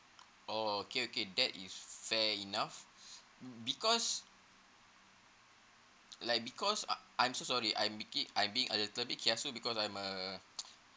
oh okay okay that is fair enough because like because uh I'm so sorry I'm be~ I'm being a little kiasu because I'm a